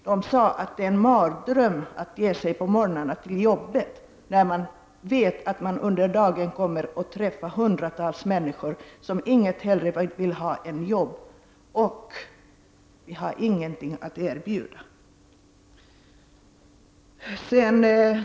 De sade att det var en mardröm att på morgnarna bege sig till jobbet, eftersom de visste att de under dagen skulle komma att träffa hundratals människor, som inget hellre ville ha än arbete och de ingenting hade att erbjuda.